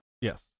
Yes